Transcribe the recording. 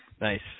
Nice